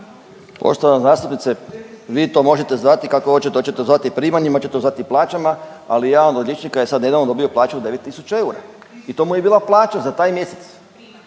Poštovana zastupnice vi to možete zvati kako hoćete, hoćete to zvati primanjima, hoće to zvati plaćama. Ali jedan od liječnika je sad nedavno dobio plaću 9000 eura i to mu je bila plaća za taj mjesec.